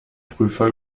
prüfer